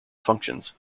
functions